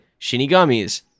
Shinigamis